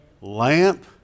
Lamp